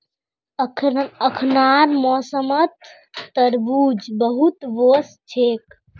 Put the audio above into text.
अखनार मौसमत तरबूज बहुत वोस छेक